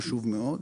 חשוב מאוד.